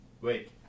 wait